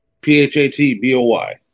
P-H-A-T-B-O-Y